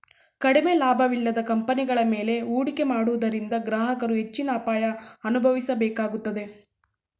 ಕಡಿಮೆ ಲಾಭವಿಲ್ಲದ ಕಂಪನಿಗಳ ಮೇಲೆ ಹೂಡಿಕೆ ಮಾಡುವುದರಿಂದ ಗ್ರಾಹಕರು ಹೆಚ್ಚಿನ ಅಪಾಯ ಅನುಭವಿಸಬೇಕಾಗುತ್ತದೆ